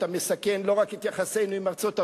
אתה מסכן לא רק את יחסינו עם ארצות-הברית,